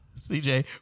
CJ